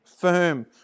firm